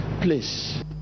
please